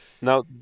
Now